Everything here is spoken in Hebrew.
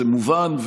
וזה מובן,